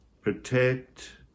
protect